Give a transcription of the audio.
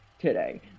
today